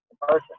person